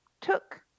took